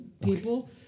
people